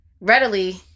readily